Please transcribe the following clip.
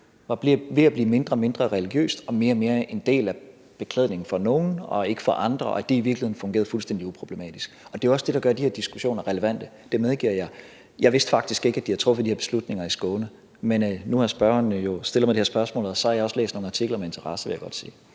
det ville blive mindre og mindre religiøst og mere og mere en del af beklædningen for nogle og ikke for andre, og at det i virkeligheden fungerede fuldstændig uproblematisk. Det er jo også det, der gør de her diskussioner relevante. Det medgiver jeg. Jeg vidste faktisk ikke, at de har truffet de her beslutninger i Skåne, men nu har spørgeren jo stillet mig det her spørgsmål, og så har jeg også læst nogle artikler med interesse, vil jeg godt sige.